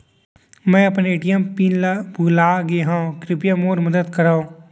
मै अपन ATM pin ला भूलागे हव, कृपया मोर मदद करव